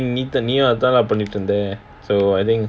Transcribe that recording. நீயும் அதானே பண்ணிட்ருந்த:neeyum adhaanae pannitruntha so I think